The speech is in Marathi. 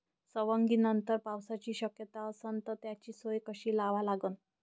सवंगनीनंतर पावसाची शक्यता असन त त्याची सोय कशी लावा लागन?